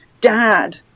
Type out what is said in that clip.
dad